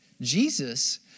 Jesus